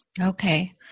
Okay